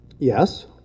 Yes